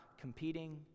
competing